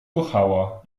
kochała